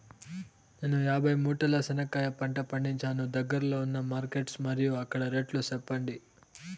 నేను యాభై మూటల చెనక్కాయ పంట పండించాను దగ్గర్లో ఉన్న మార్కెట్స్ మరియు అక్కడ రేట్లు చెప్పండి?